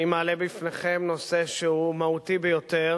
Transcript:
אני מעלה בפניכם נושא שהוא מהותי ביותר